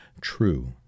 True